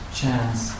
chance